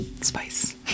spice